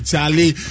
Charlie